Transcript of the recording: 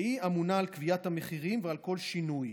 שממונה על קביעת המחירים ועל כל שינוי.